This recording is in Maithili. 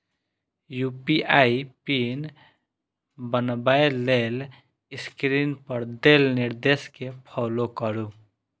यू.पी.आई पिन बनबै लेल स्क्रीन पर देल निर्देश कें फॉलो करू